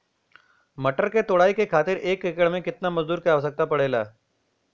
मटर क तोड़ाई खातीर एक एकड़ में कितना मजदूर क आवश्यकता पड़ेला?